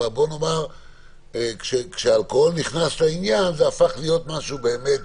אבל כשהאלכוהול נכנס לעניין זה הפך להיות משהו באמת